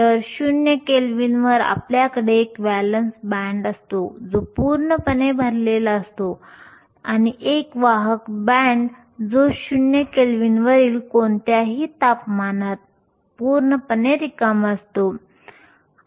तर 0 केल्विनवर आपल्याकडे एक व्हॅलेन्स बँड असतो जो पूर्णपणे भरलेला असतो आणि एक वाहक बँड जो 0 केल्विन वरील कोणत्याही तापमानात पूर्णपणे रिकामा असतो